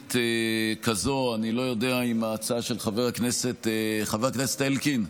רביעית כזאת, חבר הכנסת אלקין,